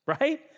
right